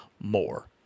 more